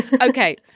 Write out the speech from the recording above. Okay